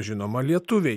žinoma lietuviai